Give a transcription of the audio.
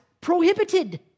prohibited